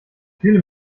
fühle